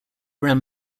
ran